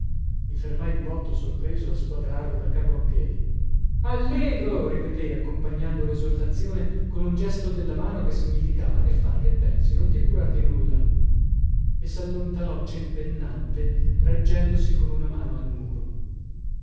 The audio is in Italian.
i fermai di botto sorpreso a squadrarlo da capo a piedi allegro ripeté accompagnando lesortazione con un gesto della mano che significava che fai che pensi non ti curar di nulla e sallontanò cempennante reggendosi con una mano al muro